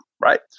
right